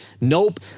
Nope